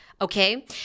okay